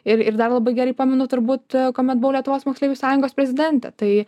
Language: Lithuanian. ir ir dar labai gerai pamenu turbūt kuomet buvau lietuvos moksleivių sąjungos prezidentė tai